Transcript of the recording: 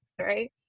right